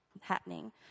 happening